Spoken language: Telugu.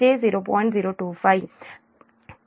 025